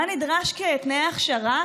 מה נדרש כתנאי הכשרה,